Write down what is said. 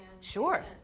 Sure